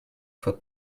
for